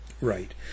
Right